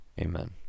Amen